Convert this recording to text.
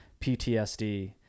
PTSD